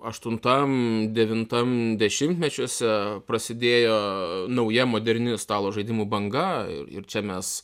aštuntam devintam dešimtmečiuose prasidėjo nauja moderni stalo žaidimų banga ir ir čia mes